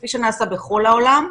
כפי שנעשה בכל העולם,